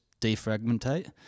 defragmentate